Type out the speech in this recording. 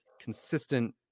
consistent